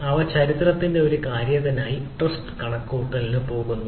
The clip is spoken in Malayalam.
അവ ചരിത്രത്തിന്റെ ഒരു കാര്യത്തിനായി ട്രസ്റ്റ് കണക്കുകൂട്ടലിനായി പോകുന്നു